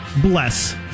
Bless